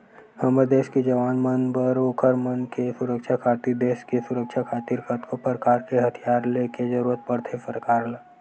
हमर देस के जवान मन बर ओखर मन के सुरक्छा खातिर देस के सुरक्छा खातिर कतको परकार के हथियार ले के जरुरत पड़थे सरकार ल